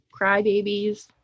crybabies